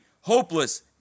hopeless